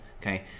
Okay